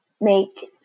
make